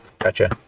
Gotcha